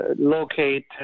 locate